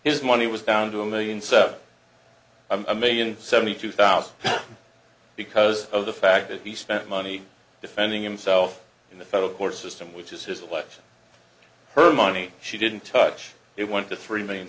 his money was down to a million so a million seventy two thousand because of the fact that he spent money defending himself in the federal court system which is his election her money she didn't touch it went to three million